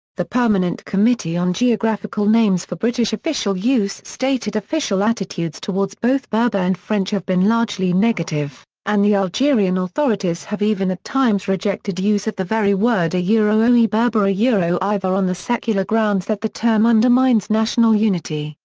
the permanent committee on geographical names for british official use stated official attitudes towards both berber and french have been largely negative and the algerian authorities have even at times rejected use of the very word yeah berber, ah yeah either on the secular grounds that the term undermines national unity,